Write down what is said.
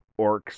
orcs